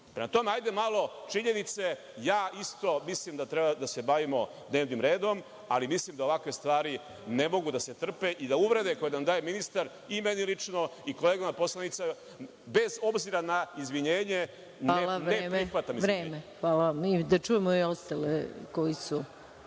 Prema tome, hajde malo činjenice, ja isto mislim da treba da se bavimo dnevnim redom, ali mislim da ovakve stvari ne mogu da se trpe i da uvrede koje nam daje ministar i meni lično i kolegama poslanicima, bez obzira na izvinjenje, ne prihvatam izvinjenje. **Maja Gojković** Hvala vam. Imaju pravo na